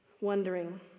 wondering